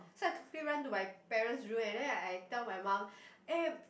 so I quickly run to my parents' room and then I tell my mum eh